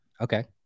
Okay